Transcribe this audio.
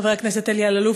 חבר הכנסת אלי אלאלוף,